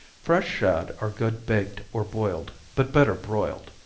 fresh shad are good baked or boiled, but better broiled.